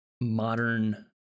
modern